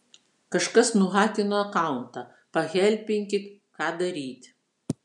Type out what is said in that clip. kažkas nuhakino akauntą pahelpinkit ką daryt